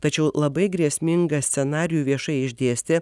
tačiau labai grėsmingą scenarijų viešai išdėstė